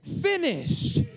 finished